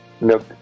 Nope